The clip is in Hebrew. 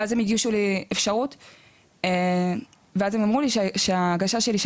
ואז הם אמרו לי שההגשה שלי,